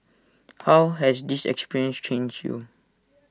how has this experience changed you